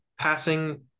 Passing